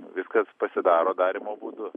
viskas pasidaro darymo būdu